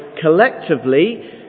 collectively